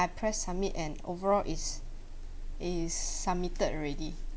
I press submit and overall is is submitted already